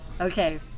Okay